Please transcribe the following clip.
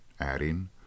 adding